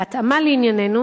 בהתאמה לענייננו,